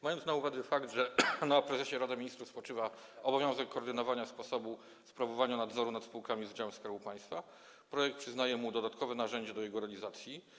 Mając na uwadze fakt, że na prezesie Rady Ministrów spoczywa obowiązek koordynowania sposobu sprawowania nadzoru nad spółkami z udziałem Skarbu Państwa, projekt przyznaje mu dodatkowe narzędzie do realizacji tego zdania.